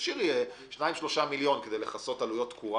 תשאירי 3-2 מיליון כדי לכסות עלויות תקורה